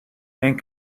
and